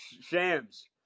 shams